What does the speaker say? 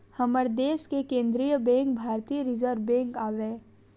हमर देस के केंद्रीय बेंक भारतीय रिर्जव बेंक आवय